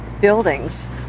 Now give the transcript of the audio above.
buildings